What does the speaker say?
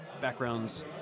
backgrounds